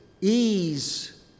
ease